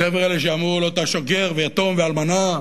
החבר'ה האלה שאמרו, גר ויתום ואלמנה,